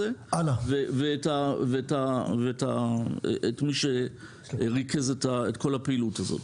ואת מי שריכז את כל הפעילות הזו.